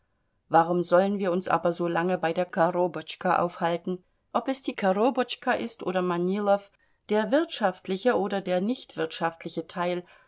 warum sollen wir uns aber so lange bei der korobotschka aufhalten ob es die korobotschka ist oder manilow der wirtschaftliche oder der nichtwirtschaftliche teil